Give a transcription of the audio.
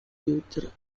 future